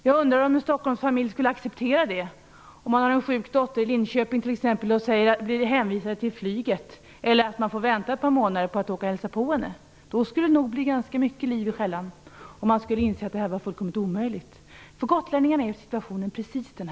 Jag undrar om en Stockholmsfamilj skulle acceptera att t.ex. om man har en sjuk dotter i Linköping bli hänvisad till flyget eller till att man får vänta ett par månader med att hälsa på hos henne. Då skulle det nog bli ganska mycket liv i skällan, och man skulle inse att detta är fullständigt omöjligt. För gotlänningarna är situationen precis sådan.